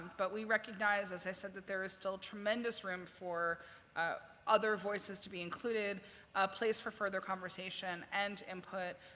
but we recognize, as i said, that there is still tremendous room for other voices to be included, a place for further conversation and input,